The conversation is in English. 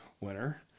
winner